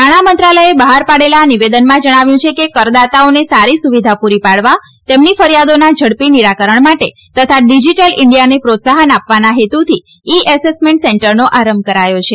નાણામંત્રાલયે બહાર પાડેલા નિવેદનમાં જણાવ્યું છે કે કરદાતાઓને સારી સુવિધા પૂરી પાડવા તેમની ફરિયાદોના ઝડપી નિરાકરણ માટે તથા ડિજીટલ ઈન્ડિથાને પ્રોત્સાફન આપવાના હેતુથી ઈ એસેસમેન્ટ સેન્ટરનો આરંભ કરાયો છે